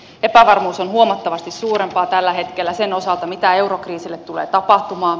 epävarmuus on huomattavasti suurempaa tällä hetkellä sen osalta mitä eurokriisille tulee tapahtumaan